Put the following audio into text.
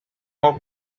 more